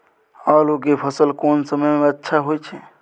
आलू के फसल कोन समय में अच्छा होय छै?